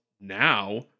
now